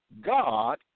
God